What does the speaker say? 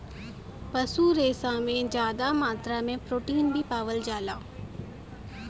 पशु रेसा में जादा मात्रा में प्रोटीन भी पावल जाला